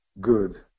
good